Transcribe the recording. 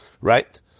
right